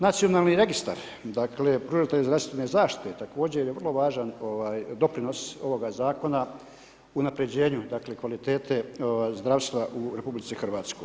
Nacionalni registar, dakle pružatelji zdravstvene zaštite je također vrlo važan doprinos ovoga zakona unaprjeđenja kvalitete zdravstva u RH.